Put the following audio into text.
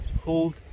hold